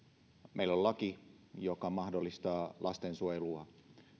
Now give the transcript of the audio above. meillä on laki joka mahdollistaa lastensuojelua